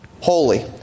holy